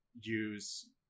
use